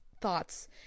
thoughts